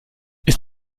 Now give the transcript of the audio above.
ist